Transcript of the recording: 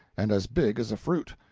and as big as a fruit.